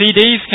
CDs